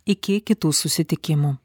iki kitų susitikimų